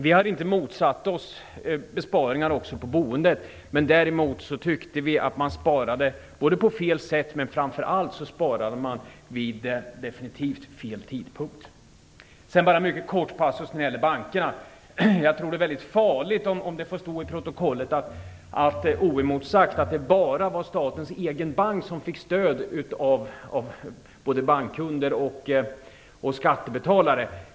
Vi har inte motsatt oss besparingar också på boendet. Däremot tyckte vi att man sparade både på fel sätt och definitivt vid fel tidpunkt. Sedan bara en mycket kort passus om bankerna. Jag tycker att det är farligt om det står i protokollet oemotsagt att det bara var statens egen bank som fick stöd av både bankkunder och skattebetalare.